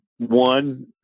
One